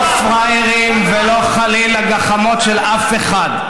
אנחנו לא פראיירים, ולא חלילה, גחמות של אף אחד.